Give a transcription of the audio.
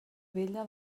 vella